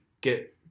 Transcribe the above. get